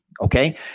Okay